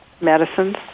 medicines